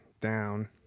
down